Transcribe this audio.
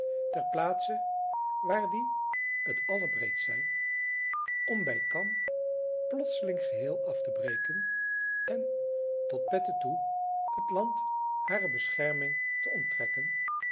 ter plaatse waar die het allerbreedst zijn om bij camp plotseling geheel af te breken en tot petten toe het land hare bescherming te onttrekken